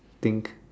think